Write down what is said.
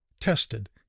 tested